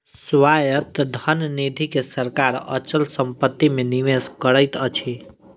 स्वायत्त धन निधि के सरकार अचल संपत्ति मे निवेश करैत अछि